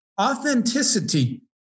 Authenticity